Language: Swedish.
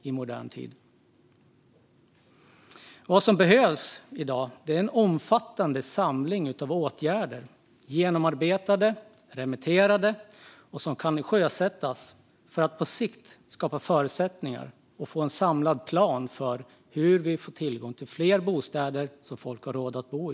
Vad som behövs i dag är en omfattande samling av genomarbetade och remitterade åtgärder som kan sjösättas för att på sikt skapa förutsättningar och få en samlad plan för hur vi får tillgång till fler bostäder som folk har råd att bo i.